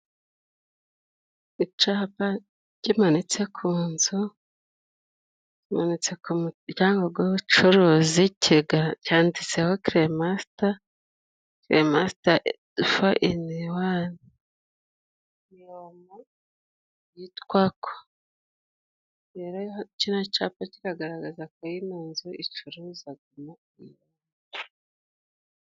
Icapa kimanitse ku nzu kimanitse ku muryango g'ubucuruzi, kiga cyanditseho keremasita keremasita fo ini wani, ni omo yitwako. Rero kino capa kiragaragazako yino nzu icuruzagamo omo.